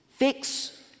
Fix